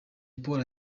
polly